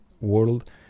world